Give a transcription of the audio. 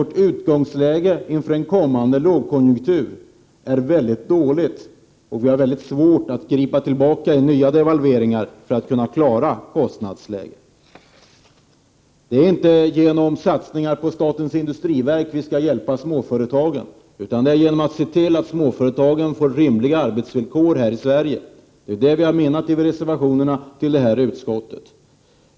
Vårt utgångsläge inför en kommande lågkonjunktur är alltså mycket dåligt. Vi får svårt att med nya devalveringar klara kostnadsläget. Det är inte genom satsningar på statens industriverk vi skall hjälpa småföretagen, utan det är genom att se till att småföretagen får rimliga arbetsvillkor här i Sverige. Det är detta vi menar i reservationerna till detta betänkande.